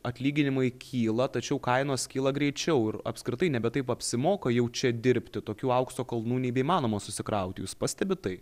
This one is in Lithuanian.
atlyginimai kyla tačiau kainos kyla greičiau ir apskritai nebe taip apsimoka jau čia dirbti tokių aukso kalnų neįmanoma susikrauti jūs pastebit tai